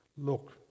Look